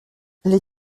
les